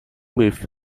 with